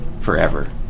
forever